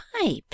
pipe